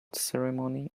ceremony